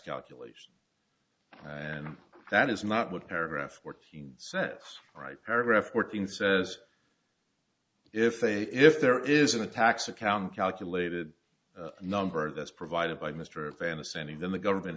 calculation and that is not what paragraph fourteen sets right paragraph fourteen says if a if there isn't a tax account calculated number that's provided by mr a fan of sending them the government